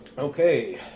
Okay